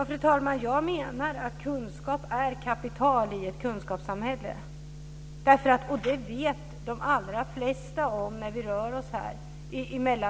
Fru talman!